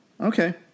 okay